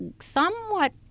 somewhat